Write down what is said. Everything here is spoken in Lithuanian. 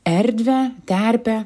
erdvę terpę